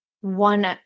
one